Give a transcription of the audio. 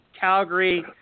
Calgary